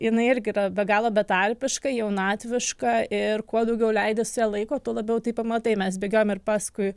jinai irgi yra be galo betarpiškai jaunatviška ir kuo daugiau leidi su ja laiko tuo labiau tai pamatai mes bėgiojom ir paskui